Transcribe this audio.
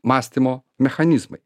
mąstymo mechanizmai